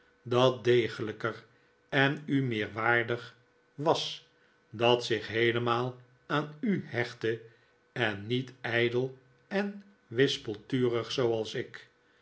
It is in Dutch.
dat degelijker en u meer waardig was dat zich heelemaal aan u hechtte en niet ijdel en wispelturig zooals ik